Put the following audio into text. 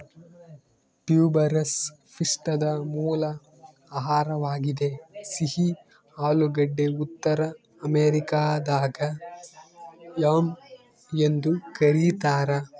tuberous ಪಿಷ್ಟದ ಮೂಲ ಆಹಾರವಾಗಿದೆ ಸಿಹಿ ಆಲೂಗಡ್ಡೆ ಉತ್ತರ ಅಮೆರಿಕಾದಾಗ ಯಾಮ್ ಎಂದು ಕರೀತಾರ